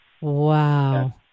Wow